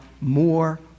more